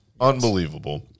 unbelievable